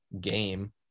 game